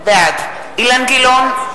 בעד אילן גילאון,